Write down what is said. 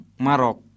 marok